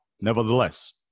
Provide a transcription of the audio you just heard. nevertheless